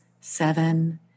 seven